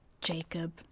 Jacob